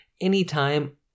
anytime